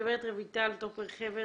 גברת רויטל טופר חבר,